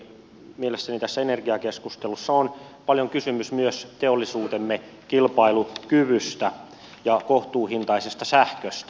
mielestäni tässä energiakeskustelussa on paljon kysymys myös teollisuutemme kilpailukyvystä ja kohtuuhintaisesta sähköstä